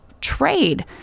Trade